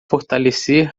fortalecer